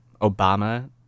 Obama